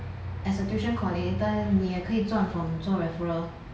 as a tuition coordinator 你也可以赚 from 做 referral